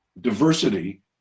diversity